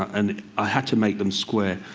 and i had to make them square.